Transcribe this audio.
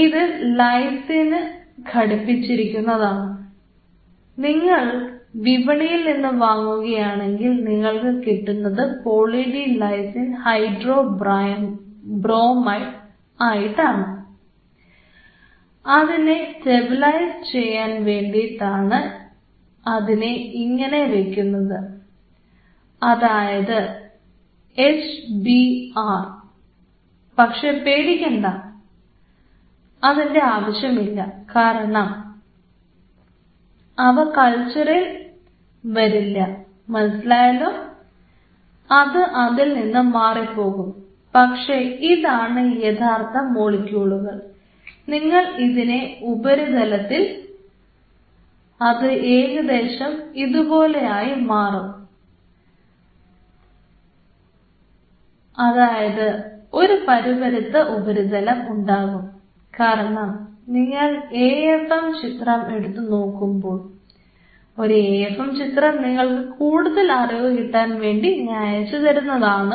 ഇത് ലൈസിൻ ഘടിപ്പിച്ചിരിക്കുന്നതാണ് ചിത്രം നിങ്ങൾക്ക് കൂടുതൽ അറിവ് കിട്ടാൻ വേണ്ടി അയച്ചുതരുന്നതാണ്